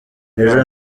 ejo